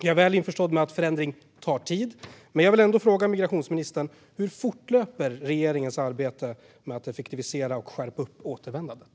Jag är väl införstådd med att förändring tar tid, men jag vill ändå fråga migrationsministern: Hur fortlöper regeringens arbete med att effektivisera och skärpa återvändandet?